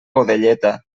godelleta